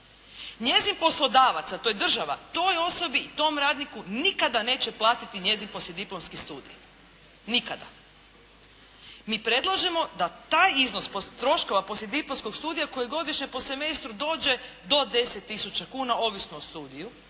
Njezin poslodavac, a to je država, toj osobi i tom radniku nikada neće platiti njezin poslijediplomski studij. Nikada. Mi predlažemo da taj iznos troškova poslijediplomskog studija koji godišnje po semestru dođe do 10 tisuća kuna, ovisno o studiju,